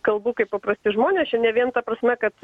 kalbu kaip paprasti žmonės čia ne vien ta prasme kad